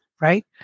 right